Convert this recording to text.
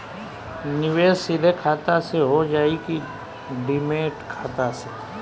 निवेश सीधे खाता से होजाई कि डिमेट खाता से?